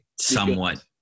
somewhat